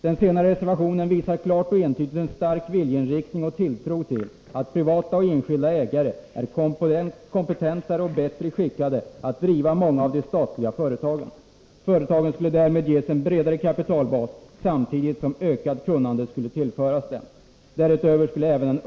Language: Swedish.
Den senare reservationen visar klart och entydigt en stark viljeinriktning och tilltro till att privata och enskilda ägare är kompetentare och bättre skickade att driva många av de statliga företagen. Företagen skulle därmed ges en bredare kapitalbas, samtidigt som ökat kunnande skulle tillföras dem. Därutöver skulle även öppnare och friare konkurrens kunna etableras på vissa marknader. Herr talman!